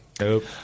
Nope